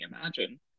imagine